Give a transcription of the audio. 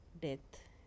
death